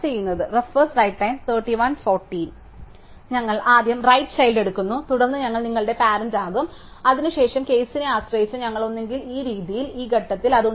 ഞങ്ങൾ ആദ്യം right child എടുക്കുന്നു തുടർന്ന് ഞങ്ങൾ നിങ്ങളുടെ പാരന്റ് ആകും അതിനുശേഷം കേസിനെ ആശ്രയിച്ച് ഞങ്ങൾ ഒന്നുകിൽ ഈ രീതിയിൽ ഈ ഘട്ടത്തിൽ ഇത് ഉണ്ടാക്കുന്നു